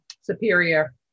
superior